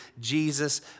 Jesus